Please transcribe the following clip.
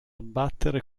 abbattere